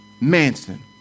Manson